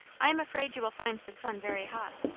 i am afraid you will find the sun very hot!